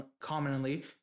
commonly